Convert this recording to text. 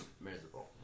miserable